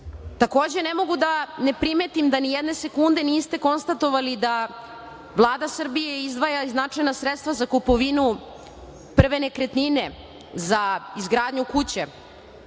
dece. Takođe, ne mogu da ne primetim da nijedne sekunde niste konstatovali da Vlada Srbije izdvaja i značajna sredstva za kupovinu prve nekretnine za izgradnju kuće